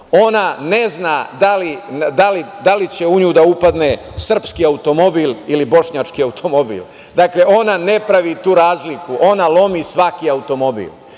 ona ne zna da li će u nju da upadne srpski automobil ili bošnjački automobil. Ona ne pravi tu razliku, ona lomi svaki automobil. Prema